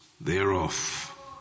thereof